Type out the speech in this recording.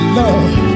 love